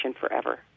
forever